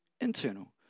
internal